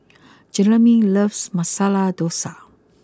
Jereme loves Masala Dosa